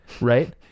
Right